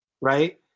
right